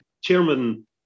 Chairman